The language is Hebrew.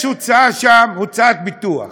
יש הוצאה שם, הוצאת ביטוח,